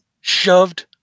shoved